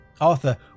Arthur